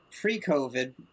pre-COVID